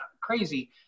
crazy